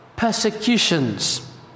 persecutions